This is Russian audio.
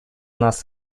нас